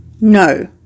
No